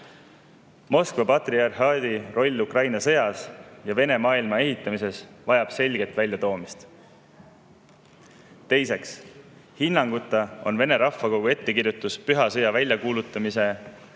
Moskva patriarhaadi roll Ukraina sõjas ja Vene maailma ehitamises vajab selget väljatoomist. Teiseks, hinnanguta on vene rahvakogu ettekirjutus püha sõja väljakuulutamisest